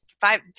five